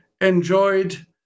enjoyed